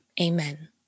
amen